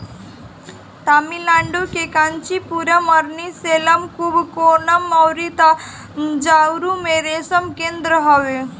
तमिलनाडु के कांचीपुरम, अरनी, सेलम, कुबकोणम अउरी तंजाउर में रेशम केंद्र हवे